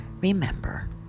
remember